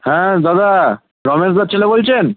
হ্যাঁ দাদা রমেশদার ছেলে বলছেন